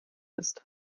ist